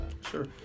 Sure